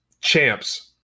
champs